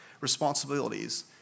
responsibilities